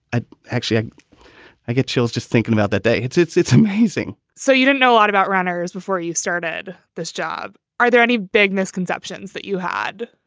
i actually i i get chills just thinking about that day. it's it's it's amazing so you didn't know a lot about runners before you started this job. are there any big misconceptions that you had?